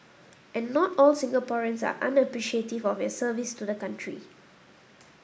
and not all Singaporeans are unappreciative of your service to the country